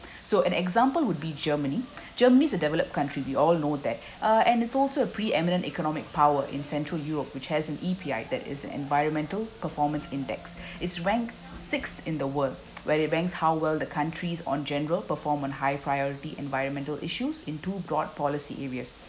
so an example would be germany germany is a developed country we all know that uh and it's also a pre-eminent economic power in central europe which has an E_P_I that is environmental performance index it's ranked sixth in the world where they ranks how well the country's on general performance and high priority environmental issues into broad policy areas